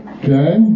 Okay